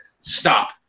stop